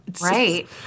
Right